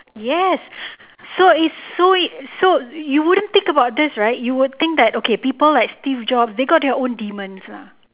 yes so it's so it so you wouldn't think about this right you would think that okay people like steve jobs they got their own demons ah